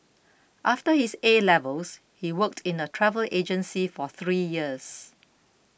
after his A levels he worked in a travel agency for three years